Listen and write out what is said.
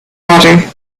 water